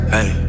Hey